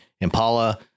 Impala